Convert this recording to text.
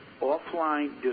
Offline